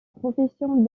profession